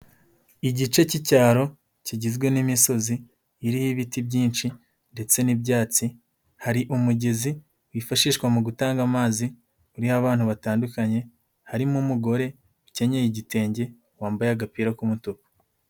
Igice cy'icyaro, kigizwe n'imisozi, iriho ibiti byinshi ndetse n'ibyatsi, hari umugezi wifashishwa mu gutanga amazi, uriho abantu batandukanye, harimo umugore ukenyeye igitenge, wambaye agapira k'umutuku.